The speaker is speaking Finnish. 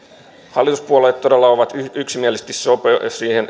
hallituspuolueet todella ovat yksimielisesti sitoutuneet siihen